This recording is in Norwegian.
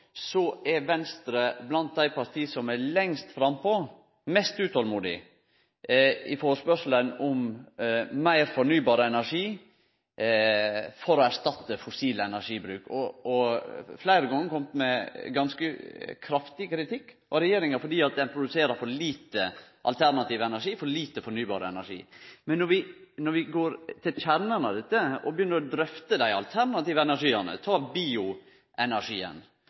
er Venstre blant dei partia som er mest frampå og mest utålmodige når det gjeld førespurnaden om meir fornybar energi for å erstatte fossil energibruk. Dei har fleire gongar kome med ganske kraftig kritikk av regjeringa, fordi ein produserer for lite alternativ energi, for lite fornybar energi. Men når vi går til kjernen av dette og begynner å drøfte dei alternative energitypane, f.eks. bioenergien